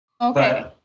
Okay